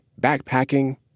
backpacking